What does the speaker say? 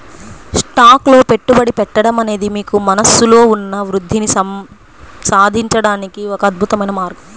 stocks లో పెట్టుబడి పెట్టడం అనేది మీకు మనస్సులో ఉన్న వృద్ధిని సాధించడానికి ఒక అద్భుతమైన మార్గం